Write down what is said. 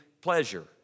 pleasure